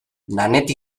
nanette